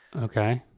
okay.